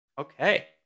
Okay